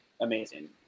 amazing